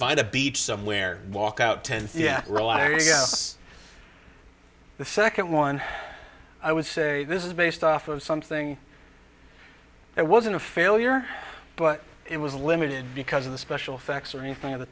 find a beach somewhere walk out ten yeah right i read the second one i would say this is based off of something that wasn't a failure but it was limited because of the special effects or anything of the